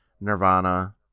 Nirvana